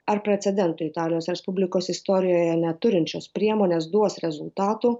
ar precedento italijos respublikos istorijoje neturinčios priemonės duos rezultatų